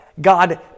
God